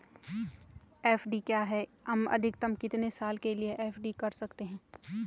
FD क्या है हम अधिकतम कितने साल के लिए एफ.डी कर सकते हैं?